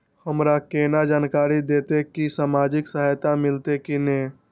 हमरा केना जानकारी देते की सामाजिक सहायता मिलते की ने?